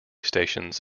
stations